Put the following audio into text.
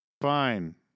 fine